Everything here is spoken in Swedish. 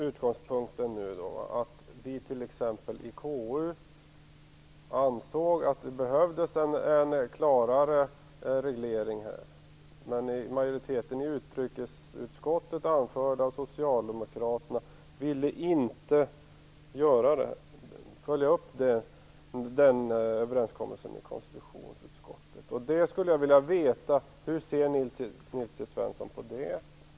Utgångspunkten är att vi i KU ansåg att det behövdes en klarare reglering. Men majoriteten i utrikesutskottet, anförd av socialdemokraterna, ville inte följa upp överenskommelsen i konstitutionsutskottet. Jag skulle vilja veta hur Nils T Svensson ser på det.